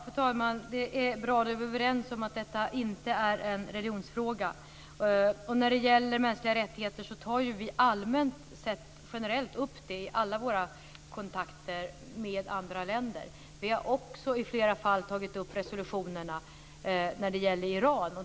Fru talman! Det är bra att vi är överens om att detta inte är en religionsfråga. När det gäller mänskliga rättigheter tar vi generellt upp det i alla våra kontakter med andra länder. Vi har också i flera fall tagit upp resolutionerna när det gäller Iran.